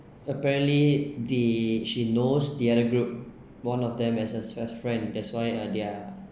apparently the she knows the other group one of them as a best friend that's why uh they're